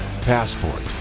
Passport